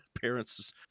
parents